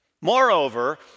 Moreover